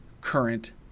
current